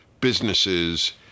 businesses